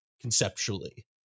conceptually